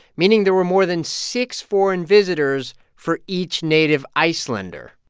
meaning there were more than six foreign visitors for each native icelander.